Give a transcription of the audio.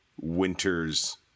Winter's